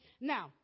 Now